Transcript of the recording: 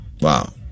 Wow